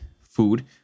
food